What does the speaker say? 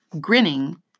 Grinning